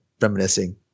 reminiscing